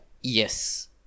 Yes